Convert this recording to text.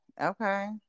Okay